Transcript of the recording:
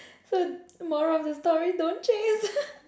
so moral of the story don't chase